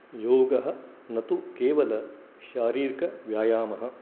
योगः न तु केवलशारीरिकव्यायामः